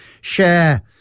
share